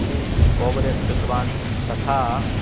three ओबरेसु कृतवान् तथा